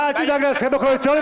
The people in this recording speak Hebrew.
אתה אל תדאג להסכם הקואליציוני.